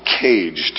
caged